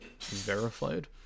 verified